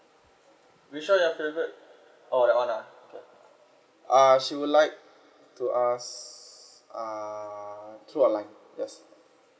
which one your favourite orh that one ah uh she would like to ask uh through online yes